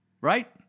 right